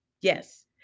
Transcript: Yes